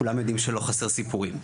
כולם יודעים שלא חסר סיפורים.